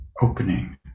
Opening